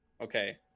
Okay